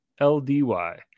LDY